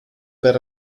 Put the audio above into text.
per